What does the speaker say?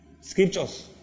Scriptures